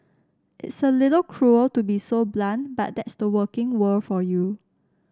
it's a little cruel to be so blunt but that's the working world for you